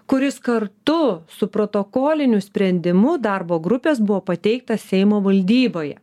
kuris kartu su protokoliniu sprendimu darbo grupės buvo pateiktas seimo valdyboje